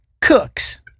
cooks